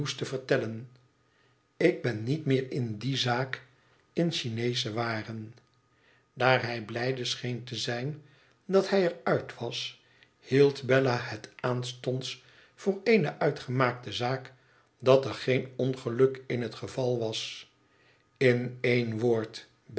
vertellen ik ben niet meer in die zaak in chineesche waren daar hij blijde scheen te zijn dat hij er uit was hield bella het aanstonds voor eene uitgemaakte zaak dat er geen ongeluk in dat geval was in één woord